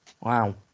wow